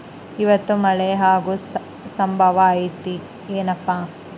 ಇವತ್ತ ಮಳೆ ಆಗು ಸಂಭವ ಐತಿ ಏನಪಾ?